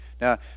Now